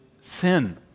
sin